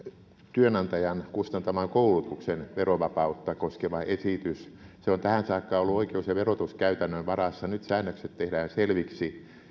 työnantajan kustantaman koulutuksen verovapautta koskeva esitys se on tähän saakka ollut oikeus ja verotuskäytännön varassa nyt säännökset tehdään selviksi